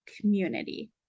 community